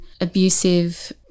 abusive